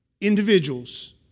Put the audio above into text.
individuals